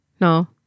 No